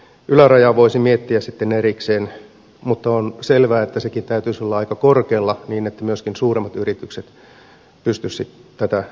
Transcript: ylärajaa voisi miettiä sitten erikseen mutta on selvää että senkin täytyisi olla aika korkealla niin että myöskin suuremmat yritykset pystyisivät tätä hyödyntämään